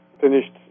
finished